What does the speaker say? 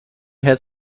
had